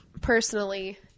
personally